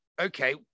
okay